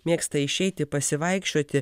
mėgsta išeiti pasivaikščioti